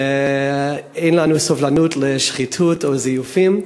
שאין לנו סובלנות לשחיתות או לזיופים,